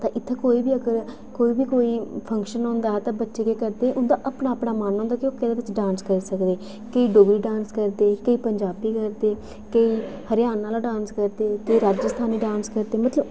ते इत्थै कोई बी अगर कोई बी कोई फंक्शन होंदा हा ते बच्चे केह् करदे उं'दा अपना अपना मन होंदा के ओह् केह्दे बिच डांस करी सकदे कईं डोगरी डांस करदे कईं पंजाबी करदे कईं हरियाणा आह्ला डांस करदे कईं राजस्थानी डांस करदे मतलब